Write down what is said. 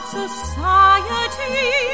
society